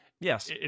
yes